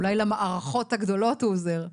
אולי למערכות הגדולות הוא עוזר,